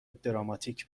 دراماتیک